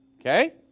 Okay